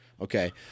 Okay